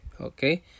okay